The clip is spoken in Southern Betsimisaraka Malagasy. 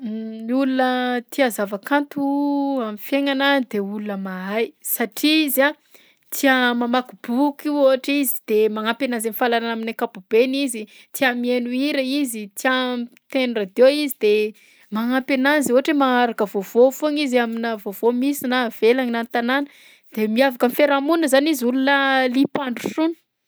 Ny olona tia zava-kanto am'fiaignana de olona mahay satria izy a tia mamaky boky ohatra izy de magnampy anazy am'fahalalana amin'ny ankapobeny izy, tia mihaino hira izy, tia miteny radio izy de magnampy anazy ohatra hoe maharaka vaovao foagna izy aminà vaovao misy na avelany na an-tanàna. De miavaka am'fiarahamonina zany izy olona liam-pandrosoana.